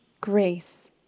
grace